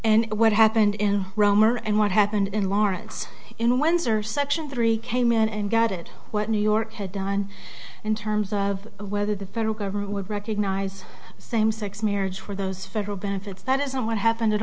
and what happened in romer and what happened in lawrence in windsor section three came in and got it what new york had done in terms of whether the federal government would recognize same sex marriage for those federal benefits that isn't what happened at